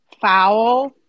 foul